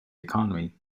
economy